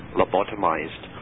lobotomized